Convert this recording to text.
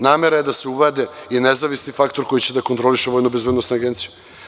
Namera je da se uvede i nezavisni faktor koji će da kontroliše Vojnobezbednosnu agenciju.